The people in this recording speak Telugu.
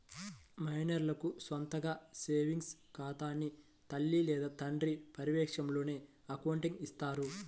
మైనర్లకు సొంతగా సేవింగ్స్ ఖాతాని తల్లి లేదా తండ్రి పర్యవేక్షణలోనే అకౌంట్ని ఇత్తారు